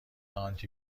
آنتی